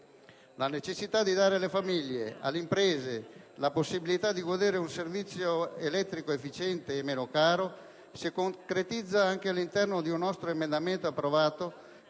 La necessità di dare alle famiglie e alle imprese la possibilità di godere di un servizio elettrico efficiente e meno caro si concretizza anche all'interno di un nostro emendamento che è stato